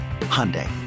Hyundai